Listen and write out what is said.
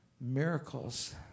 miracles